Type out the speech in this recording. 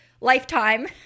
lifetime